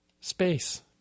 space